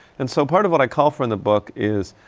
and so part of what i call for in the book is,